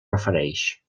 refereix